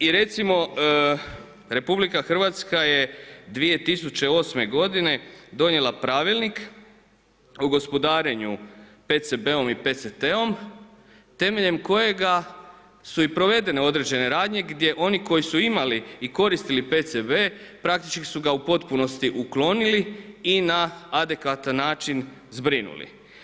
I recimo Republika Hrvatska je 2008. godine donijela Pravilnik o gospodarenju PCB-om i PCT-om temeljem kojega su i provedene određene radnje gdje oni koji su imali i koristili PCB-e praktički su ga u potpunosti uklonili i na adekvatan način zbrinuli.